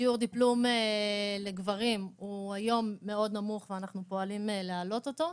שיעור דיפלום לגברים הוא היום מאוד נמוך ואנחנו פועלים להעלות אותו,